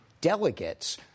delegates